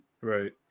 right